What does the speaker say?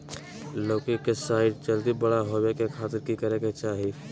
लौकी के साइज जल्दी बड़ा होबे खातिर की करे के चाही?